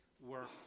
work